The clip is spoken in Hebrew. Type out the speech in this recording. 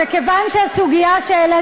וכיוון שהסוגיה שהעלית,